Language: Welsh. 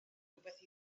rywbeth